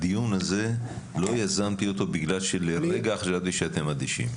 לא יזמתי את הדיון הזה בגלל שלרגע חשבתי שאתם אדישים.